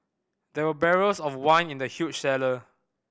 there were barrels of wine in the huge cellar